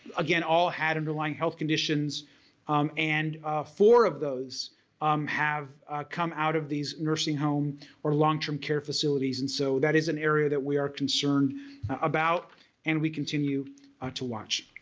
again all had underlying health conditions um and four of those um have come out of these nursing home or long-term care facilities and so that is an area that we are concerned about and we continue to watch.